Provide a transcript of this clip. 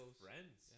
friends